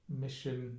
mission